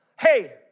Hey